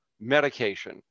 medication